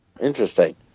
Interesting